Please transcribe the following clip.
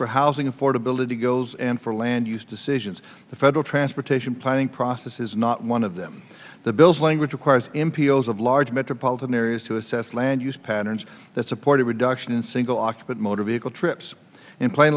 for housing affordability goes and for land use decisions the federal transportation planning process is not one of them the bill's language requires in peals of large metropolitan areas to assess land use patterns that support a reduction in single occupant motor vehicle trips in plain